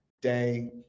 day